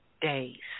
days